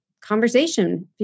conversation